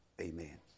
Amen